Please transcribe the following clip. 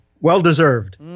well-deserved